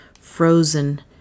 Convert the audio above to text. frozen